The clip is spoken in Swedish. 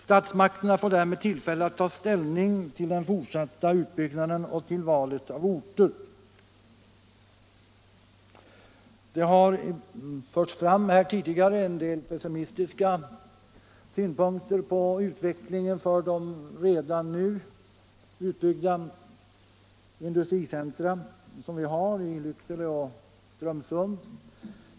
Statsmakterna får därmed tillfälle att ta ställning till den fortsatta utbyggnaden och till valet av orter. Det har här tidigare förts fram en del pessimistiska synpunkter på utvecklingen för de redan nu utbyggda industricentra i Lycksele och Strömsund.